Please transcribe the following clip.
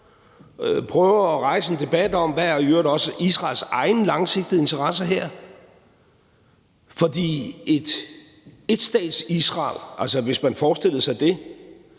prøver at rejse en debat om: Hvad er i øvrigt Israels egne langsigtede interesser her? For et etstats-Israel – hvis man forestillede sig det